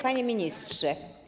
Panie Ministrze!